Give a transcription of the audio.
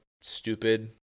stupid